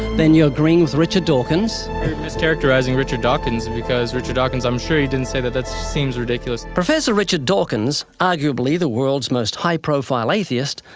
then you're agreeing with richard dawkins. you're mischaracterizing richard dawkins, because richard dawkins, i'm sure he didn't say that. that seems ridiculous. professor richard dawkins, arguably the world's most high-profile atheist,